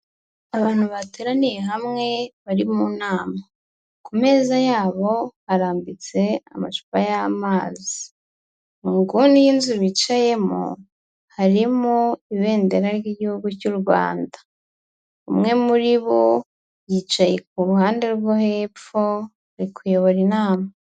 Abantu bateraniye hamwe, bari mu nama. Ku meza yabo, harambitse amacupa y'amazi. Mu nguni y'inzu bicayemo, harimo ibendera ry'igihugu cy'u Rwanda. Umwe muri bo, yicaye ku ruhande rwo hepfo, ari kuyobora inama.